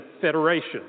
Federation